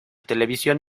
televisión